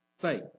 faith